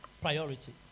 Priority